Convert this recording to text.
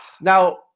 Now